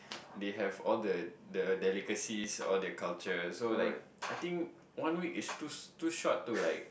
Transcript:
they have all the the delicacies all their culture so like I think one week is too too short to like